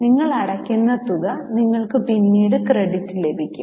നിങ്ങൾ അടയ്ക്കുന്ന തുക നിങ്ങൾക്ക് പിന്നീട് ക്രെഡിറ്റ് ലഭിക്കും